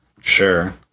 Sure